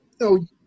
no